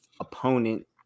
opponent